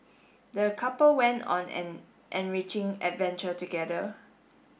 the couple went on an enriching adventure together